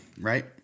right